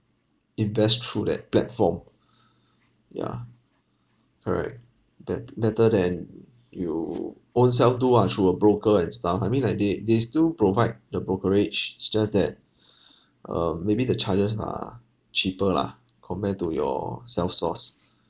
invest through that platform yeah correct bet better than you own self do [one] through a broker and stuff I mean like they they still provide the brokerage it's just that um maybe the charges are cheaper lah compare to your self source